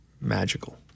magical